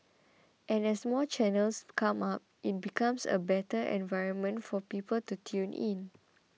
and as more channels come up it becomes a better environment for people to tune in